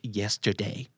yesterday